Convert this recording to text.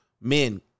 Men